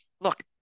look